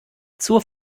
zur